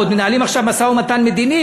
ועוד מנהלים עכשיו משא-ומתן מדיני,